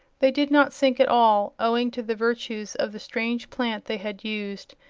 they did not sink at all, owing to the virtues of the strange plant they had used,